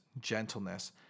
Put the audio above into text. gentleness